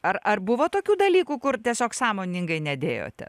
ar ar buvo tokių dalykų kur tiesiog sąmoningai nedėjote